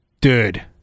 Dude